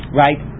right